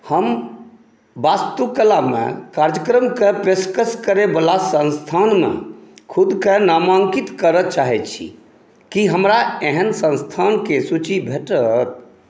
हम वास्तुकलामे कार्यक्रमकेँ पेशकश करैवला संस्थानमे ख़ुदके नामांकित कर चाहै छी की हमरा एहन संस्थानके सूचि भेटत